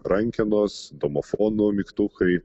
rankenos domofono mygtukai